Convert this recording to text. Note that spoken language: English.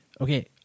okay